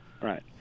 right